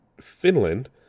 Finland